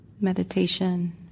meditation